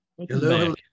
Hello